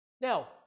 Now